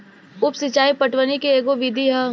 उप सिचाई पटवनी के एगो विधि ह